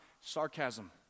sarcasm